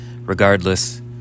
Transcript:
Regardless